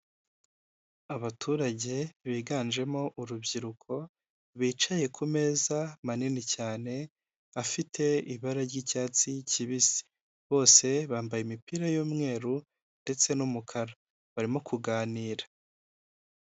Abaturage biganjemo urubyiruko, bicaye ku meza manini cyane, afite ibara ry'icyatsi kibisi, bose bambaye imipira y'umweru ndetse n'umukara, barimo kuganira.